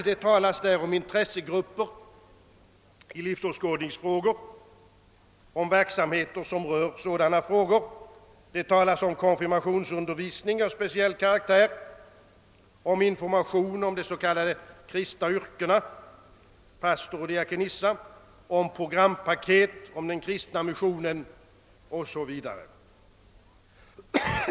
Det talas där om intressegrupper i livsåskådningsfrågor, om verksamheter som rör sådana frågor, det talas om konfirmationsundervisning av speciell karaktär, om information om de s.k. kristna yrkena pastor och diakonissa, om programpaket rörande den kristna. missionen o.s.v.